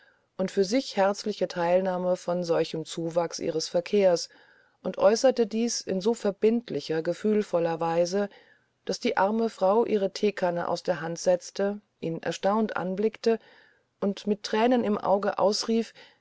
und für sich herzliche theilnahme von solchem zuwachs ihres verkehres und äußerte dieß in so verbindlicher gefühlvoller weise daß die arme frau ihre theekanne aus der hand setzte ihn erstaunt anblickte und mit thränen im auge ausrief